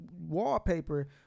wallpaper